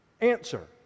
Answer